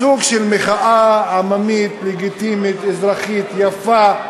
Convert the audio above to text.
סוג של מחאה עממית, לגיטימית, אזרחית, יפה.